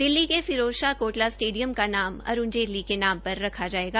दिल्ली के फिरोजशाह कोटला स्टेडियम का नाम अरूण जेतली के नाम पर रखा जायेगा